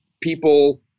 people